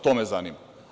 To me zanima.